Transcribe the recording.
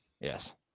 Yes